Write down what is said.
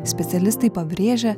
specialistai pabrėžia